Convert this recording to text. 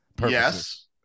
Yes